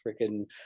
freaking